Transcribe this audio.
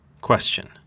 Question